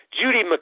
Judy